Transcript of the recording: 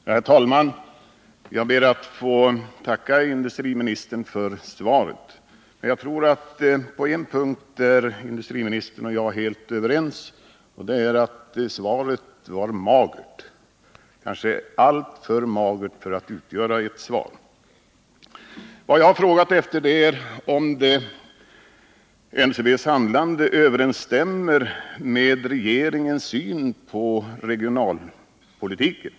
Herr talman! Jag ber att få tacka industriministern för svaret. Jag tror att industriministern och jag är helt överens på en punkt, nämligen att svaret är magert — kanske alltför magert för att utgöra ett svar. Vad jag frågade var om NCB:s handlande överensstämmer med regeringens syn på regionalpolitiken.